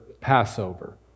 Passover